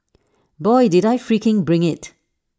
boy did I freaking bring IT